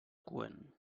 coent